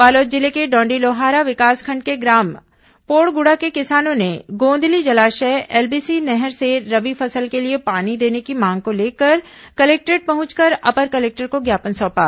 बालोद जिले के डाँडीलोहारा विकासखंड के ग्राम पोड़गुड़ा के किसानों ने गोंदली जलाशय एलबीसी नहर से रबी फसल के लिए पानी देने की मांग को लेकर कलेक्टोरेट पहुंचकर अपर कलेक्टर को ज्ञापन सौंपा